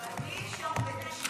אבל בלי שור בדישו.